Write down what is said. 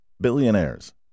Billionaires